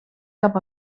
cap